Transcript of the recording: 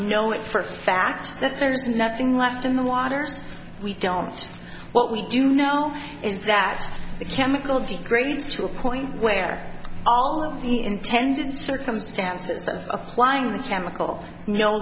know it for fact that there's nothing left in the waters we don't what we do know is that the chemical degrades to a point where all of the intended circumstances of applying the chemical no